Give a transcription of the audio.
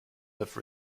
have